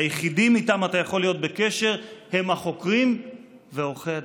היחידים שאיתם אתה יכול להיות בקשר הם החוקרים ועורכי הדין.